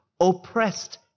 oppressed